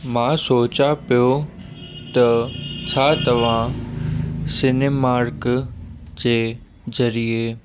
मां सोचियां पियो त छा तव्हां सिनेमार्क जे ज़रिए